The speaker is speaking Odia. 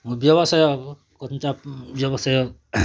ମୁଁ ବ୍ୟବସାୟ କଞ୍ଚା ବ୍ୟବସାୟ